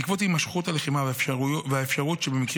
בעקבות הימשכות הלחימה והאפשרות במקרים